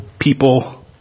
people